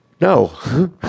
No